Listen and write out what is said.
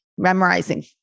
Memorizing